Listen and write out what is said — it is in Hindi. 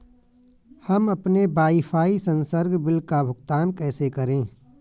हम अपने वाईफाई संसर्ग बिल का भुगतान कैसे करें?